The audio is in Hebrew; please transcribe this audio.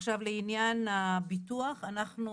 עכשיו לעניין הביטוח, אנחנו